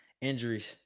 injuries